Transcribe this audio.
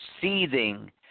seething